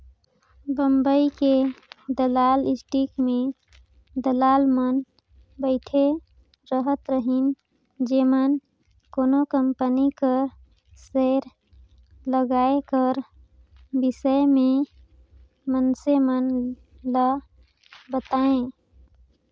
बंबई के दलाल स्टीक में दलाल मन बइठे रहत रहिन जेमन कोनो कंपनी कर सेयर लगाए कर बिसे में मइनसे मन ल बतांए